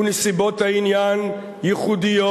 ונסיבות העניין ייחודיות.